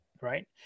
Right